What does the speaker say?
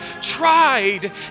tried